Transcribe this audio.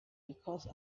because